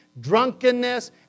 drunkenness